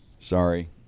Sorry